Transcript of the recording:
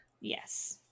Yes